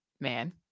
man